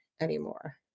anymore